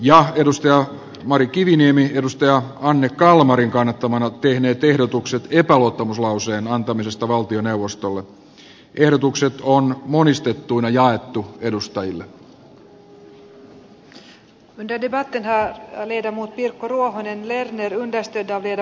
eduskunta toteaa että hallitus ei nauti eduskunnan luottamusta sillä hallituksen suunnittelemat kunnallisen itsehallintomme perusteiden olennainen heikentäminen ja kuntalaisten palvelujen siirtäminen yhä kauemmaksi kuntalaisista eivät perustu kuntalaisten tahtoon eivätkä tutkimustiedon antamiin tuloksiin